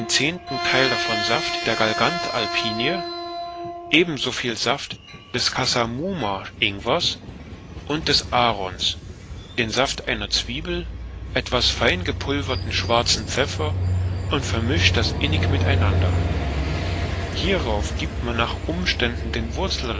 zehnten theil davon saft der galgant alpinie eben so viel saft des cassamumar ingwers und des arons den saft einer zwiebel etwas fein gepulverten schwarzen pfeffer und vermischt das innig mit einander hierauf gibt man nach umständen den